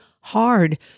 hard